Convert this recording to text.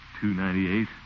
two-ninety-eight